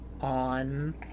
on